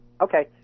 Okay